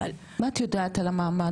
אבל --- מה את יודעת על המעמד?